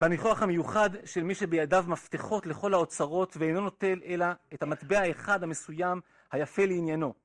בניחוח המיוחד של מי שבידיו מפתחות לכל האוצרות ואינו נוטל אלא את המטבע האחד המסוים היפה לעניינו